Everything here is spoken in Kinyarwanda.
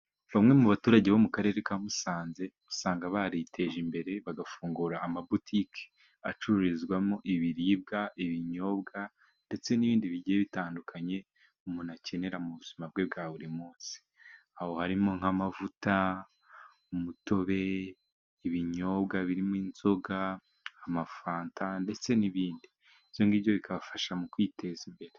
Bamwe mu baturage bo mu karere ka Musanze usanga bariteje imbere bagafungura amabutike acururizwamo ibiribwa, ibinyobwa ndetse n'ibindi bigiye bitandukanye umuntu akenera mu buzima bwe bwa buri munsi . Aho harimo nk'amavuta ,umutobe, ibinyobwa birimo inzoga ,amafanta ndetse n'ibindi . Ibyo ngibyo bikabafasha mu kwiteza imbere.